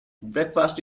breakfast